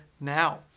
now